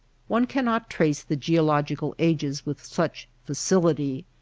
one cannot trace the geological ages with such facility.